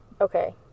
okay